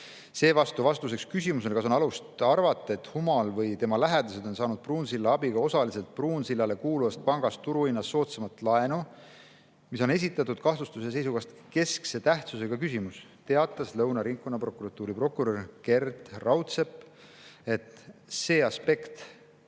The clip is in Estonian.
Seevastu vastuseks küsimusele, kas on alust arvata, et Humal või tema lähedased on saanud Pruunsilla abiga osaliselt Pruunsillale kuuluvast pangast turuhinnast soodsamalt laenu, mis on esitatud kahtlustuse seisukohast keskse tähtsusega küsimus, teatas Lõuna ringkonnaprokuratuuri prokurör Gerd Raudsepp, et "[s]ee on aspekt,